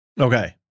Okay